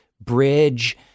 bridge